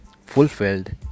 fulfilled